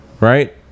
right